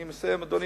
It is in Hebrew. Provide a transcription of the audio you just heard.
אני מסיים, אדוני.